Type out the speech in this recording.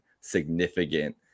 significant